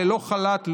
ללא חל"ת,